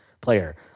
player